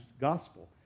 gospel